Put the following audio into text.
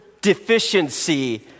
Deficiency